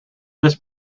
this